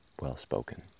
well-spoken